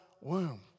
womb